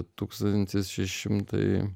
tūkstantis šeši šimtai